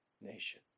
nation